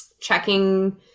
checking